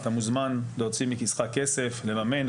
אתה מוזמן להוציא מכיסך כסף ולממן,